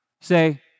say